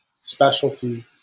specialty